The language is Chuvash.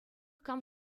кам